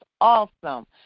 awesome